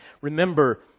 Remember